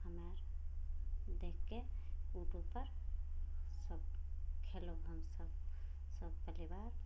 हमर देखिके उटूबपर सभ खएलहुँ हमसभ सभ पलिबार